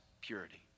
purity